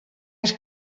els